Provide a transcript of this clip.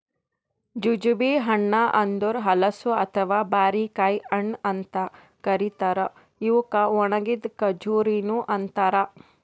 jujube ಹಣ್ಣ ಅಂದುರ್ ಹಲಸು ಅಥವಾ ಬಾರಿಕಾಯಿ ಹಣ್ಣ ಅಂತ್ ಕರಿತಾರ್ ಇವುಕ್ ಒಣಗಿದ್ ಖಜುರಿನು ಅಂತಾರ